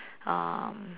um